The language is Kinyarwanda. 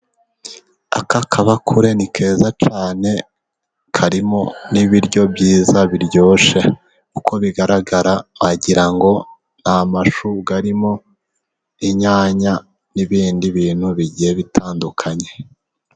Aka kabakure ni keza cyane. Karimo n'ibiryo byiza biryoshe. Uko bigaragara wagira ngo ni amashu arimo inyanya n'ibindi bintu bigiye bitandukanye.